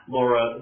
Laura